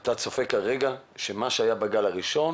אתה צופה כרגע שמה שהיה בגל הראשון